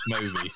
movie